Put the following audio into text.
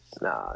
Nah